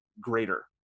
greater